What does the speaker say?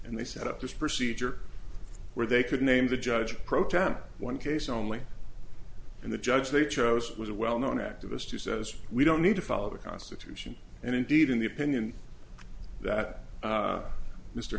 and they set up this procedure where they could name the judge protest in one case only and the judge they chose was a well known activist who says we don't need to follow the constitution and indeed in the opinion that